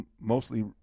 mostly